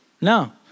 No